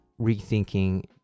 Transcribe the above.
rethinking